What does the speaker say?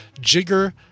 Jigger